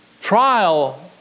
trial